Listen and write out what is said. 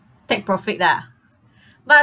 take profit lah but